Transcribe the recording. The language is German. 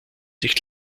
nicht